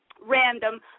random